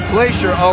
Glacier